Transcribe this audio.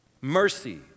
Mercy